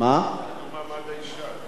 אולי בוועדה למעמד האשה?